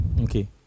Okay